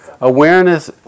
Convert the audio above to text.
awareness